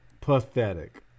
pathetic